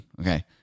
Okay